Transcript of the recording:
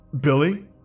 Billy